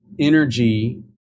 energy